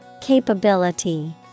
Capability